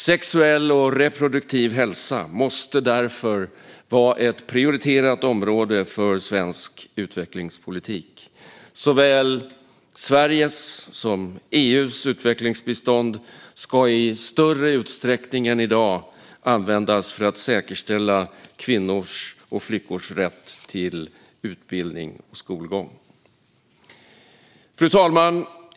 Sexuell och reproduktiv hälsa måste därför vara ett prioriterat område för svensk utvecklingspolitik. Såväl Sveriges som EU:s utvecklingsbistånd ska i större utsträckning än i dag användas för att säkerställa kvinnors och flickors rätt till utbildning och skolgång. Fru talman!